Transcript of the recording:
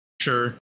sure